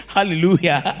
Hallelujah